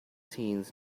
teens